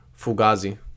fugazi